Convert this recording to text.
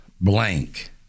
blank